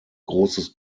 großes